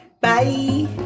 Bye